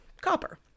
copper